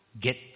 get